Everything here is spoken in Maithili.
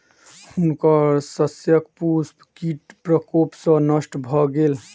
हुनकर शस्यक पुष्प कीट प्रकोप सॅ नष्ट भ गेल